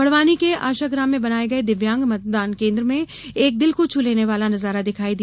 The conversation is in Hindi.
बड़वानी के आशाग्राम में बनाये गये दिव्यांग मतदान केन्द्र में एक दिल को छू लेने वाला नजारा दिखाई दिया